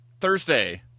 Thursday